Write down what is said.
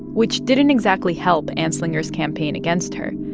which didn't exactly help anslinger's campaign against her.